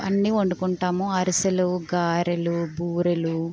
అన్నీ వండుకుంటాము అరిసెలు గారెలు బూరెలు